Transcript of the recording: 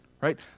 right